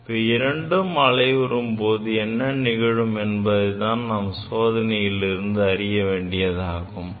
இவை இரண்டும் அலைவுறும் போது என்ன நிகழும் என்பதுதான் இந்த சோதனையில் இருந்து அறிய வேண்டியதாகும்